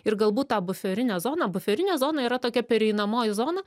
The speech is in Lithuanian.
ir galbūt ta buferinė zona buferinė zona yra tokia pereinamoji zona